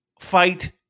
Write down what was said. fight